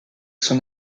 son